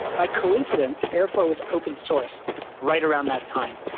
by coincidence, airflow was open sourced right around that time.